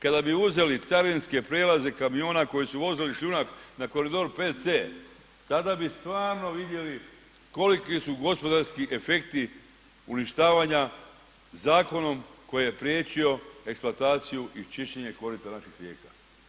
Kada bi uzeli carinske prijelaze kamiona koji su vozili šljunak na koridoru 5C, tada bi stvarno vidjeli koliki su gospodarski efekti uništavanja zakonom koji je priječio eksploataciju i čišćenje korita naših rijeka.